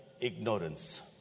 ignorance